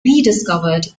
rediscovered